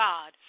God